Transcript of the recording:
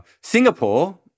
Singapore